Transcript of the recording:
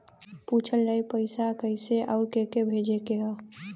पूछल जाई पइसा कैसे अउर के के भेजे के हौ